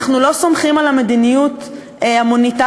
אנחנו לא סומכים על המדיניות המוניטרית,